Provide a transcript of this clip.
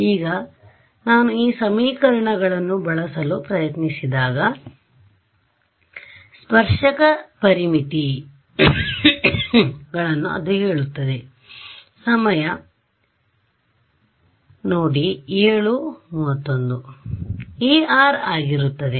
ಈಗ ನಾನು ಈ ಸಮೀಕರಣಗಳನ್ನು ಬಳಸಲು ಪ್ರಯತ್ನಿಸಿದಾಗ ಸ್ಪರ್ಶಕ ಪರಿಮಿತಿಗಳನ್ನು ಅದು ಹೇಳುತ್ತದೆ ಇ ಆರ್ ಆಗಿರುತ್ತದೆ